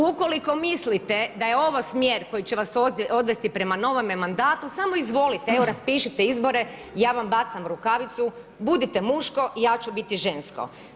Ukoliko mislite da je ovo smjer koji će vas odvesti prema novome mandatu, samo izvalite, evo raspišite izbore, ja vam bacam rukavicu, budite muško i ja ću biti žensko.